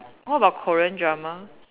what about Korean drama